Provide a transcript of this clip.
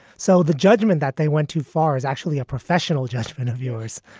so the judgment that they went too far is actually a professional judgment of yours.